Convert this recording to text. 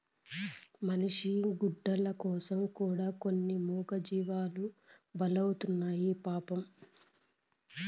మనిషి గుడ్డల కోసం కూడా కొన్ని మూగజీవాలు బలైతున్నాయి పాపం